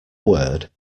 word